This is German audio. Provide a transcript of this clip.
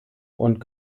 und